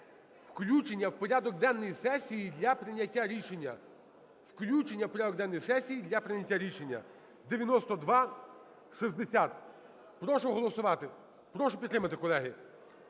Включення в порядок денний сесії для прийняття рішення (9260). Прошу голосувати. Прошу підтримати, колеги.